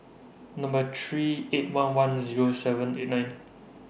Number three eight one one Zero seven eight nine